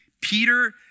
peter